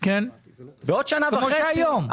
בעוד שנה וחצי,